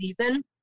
season